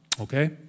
Okay